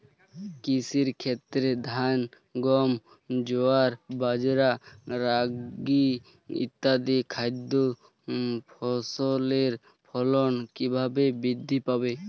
কৃষির ক্ষেত্রে ধান গম জোয়ার বাজরা রাগি ইত্যাদি খাদ্য ফসলের ফলন কীভাবে বৃদ্ধি পাবে?